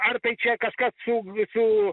ar tai čia kažkas su visu